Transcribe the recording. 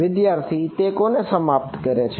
વિદ્યાર્થી તે કોને સમાપ્ત કરે છે